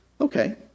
Okay